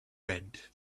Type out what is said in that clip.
red